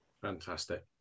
Fantastic